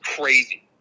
crazy